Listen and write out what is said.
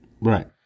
right